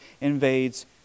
invades